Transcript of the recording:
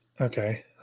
okay